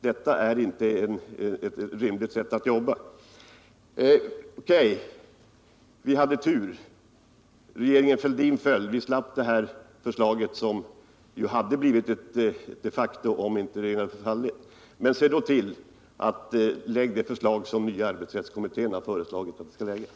Detta är inte ett rimligt sätt att jobba. O.K., vi hade tur. Regeringen Fälldin föll, och vi slapp det gamla förslaget, som annars hade blivit ett faktum. Men se då till att ni lägger fram det förslag Nr 51